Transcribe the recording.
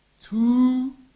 two